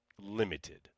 limited